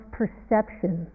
perception